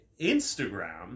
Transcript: Instagram